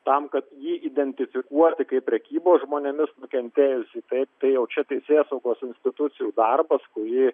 tam kad jį identifikuoti kaip prekybos žmonėmis nukentėjusį tai jau čia teisėsaugos institucijų darbas kurį